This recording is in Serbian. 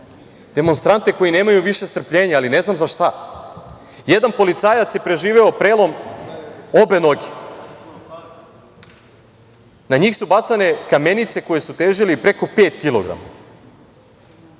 demonstrante koji nemaju više strpljenja, ali ne znam za šta. Jedan policajac je preživeo prelom obe noge. Na njih su bacane kamenice koje su težile i preko pet kilograma.